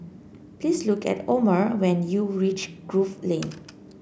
please look at Omer when you reach Grove Lane